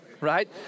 right